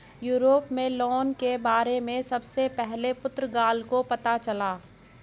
Europe में loan के बारे में सबसे पहले पुर्तगाल को पता चला